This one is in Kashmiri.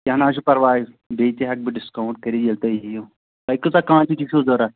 کیٚنٛہہ نہٕ حظ چھُ پَرواے بیٚیہِ تہِ ہٮ۪کہٕ بہٕ ڈِسکاوُنٛٹ کٔرِو ییٚلہِ تۄہہِ یِیِو تۄہہِ کۭژاہ کانٛٹٕٹی چھُو ضوٚرَتھ